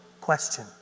question